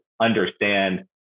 understand